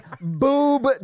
boob